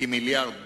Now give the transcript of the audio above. כמיליארד דולר,